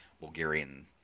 Bulgarian